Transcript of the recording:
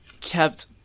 kept